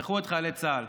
שכחו את חיילי צה"ל.